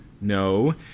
No